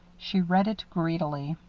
she read it greedily.